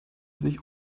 sich